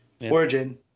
origin